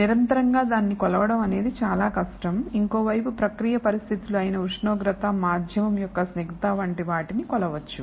నిరంతరంగా దాన్ని కొలవటం అనేది చాలా కష్టం ఇంకోవైపు ప్రక్రియ పరిస్థితులు అయిన ఉష్ణోగ్రత మాధ్యమం యొక్క స్నిగ్ధత వంటి వాటిని కొలవచ్చు